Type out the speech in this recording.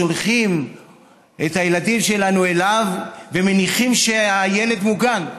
שולחים את הילדים שלנו אליו ומניחים שהילד מוגן,